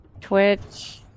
Twitch